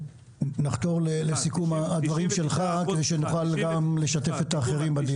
נחתור לסיכום הדברים שלך כדי שנוכל לשתף גם את האחרים בדיון.